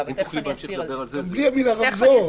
בלי המילה רמזור.